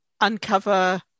uncover